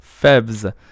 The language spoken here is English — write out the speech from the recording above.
Febs